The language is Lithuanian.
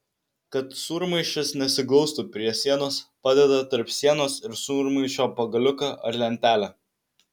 kad sūrmaišis nesiglaustų prie sienos padeda tarp sienos ir sūrmaišio pagaliuką ar lentelę